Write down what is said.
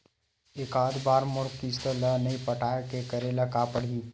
एकात बार मोर किस्त ला नई पटाय का करे ला पड़ही?